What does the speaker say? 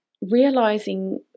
realizing